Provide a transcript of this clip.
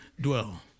dwell